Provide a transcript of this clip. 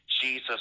Jesus